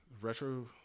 retro